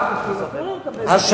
רגע, הם עובדים על המדינה?